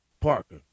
Parker